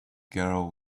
girl